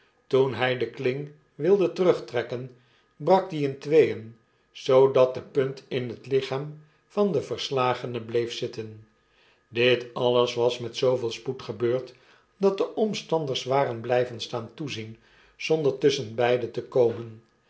toen hij de kling wilde terugtrekken brak die in tweeen zoodat de punt in het lichaam van den verslagene bleef zitten dit alles was met zooveel spoed gebeurd dat de omstanders waren bljjven staan toezien zonder tusschenbeide te komen